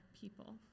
people